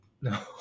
No